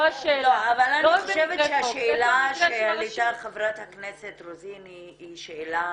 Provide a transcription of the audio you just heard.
זו השאלה -- אני חושבת שהשאלה שהעלתה חברת הכנסת רוזין היא שאלה